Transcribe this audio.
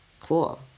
cool